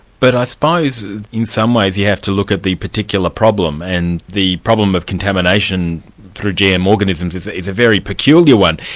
but i suppose in some ways, you have to look at the particular problem, and the problem of contamination through gm organisms is is a very peculiar one,